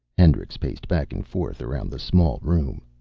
hendricks paced back and forth, around the small room.